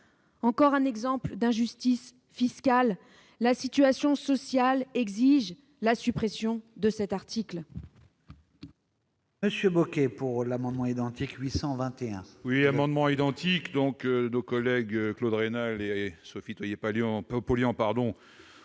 Encore un exemple d'injustice fiscale ! La situation sociale exige la suppression de cet article.